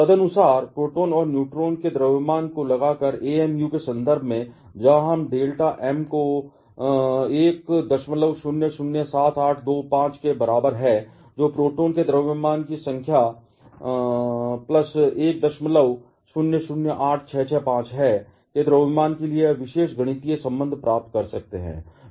तदनुसार प्रोटॉन और न्यूट्रॉन के द्रव्यमान को लगाकर हम amu के संदर्भ में जहां हम डेल्टा m को 1007825 के बराबर है जो प्रोटॉन के द्रव्यमान की संख्या प्लस 1008665 है के द्रव्यमान के लिए यह विशेष गणितीय संबंध प्राप्त कर सकते हैं